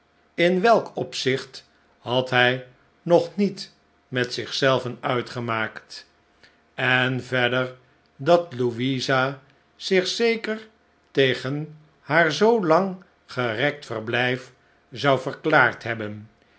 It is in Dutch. in welk opzicht had hij nog niet met zich zelven uitgemaakt en verder dat louisa zich zeker tegen haar zoo lang gerekt verblijf zou verklaard hebben